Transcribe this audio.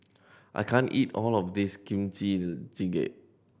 I can't eat all of this Kimchi Jjigae